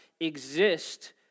exist